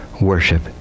worship